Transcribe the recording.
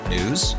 News